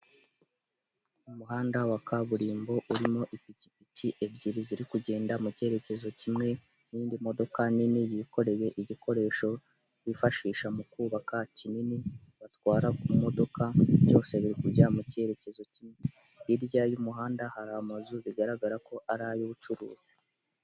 Umuhanda wa kaburimbo urimo ipikipiki ebyiri ziri kugenda mu cyerekezo kimwe, n'indi modoka nini yikoreye igikoresho bifashisha mu kubaka kinini, batwara ku modoka byose biri kujya mu cyerekezo kimwe, hirya y'umuhanda hari amazu bigaragara ko ari ay'ubucuruzi.